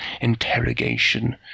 interrogation